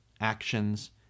actions